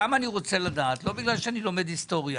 אני רוצה לדעת לא בגלל שאני לומד עכשיו היסטוריה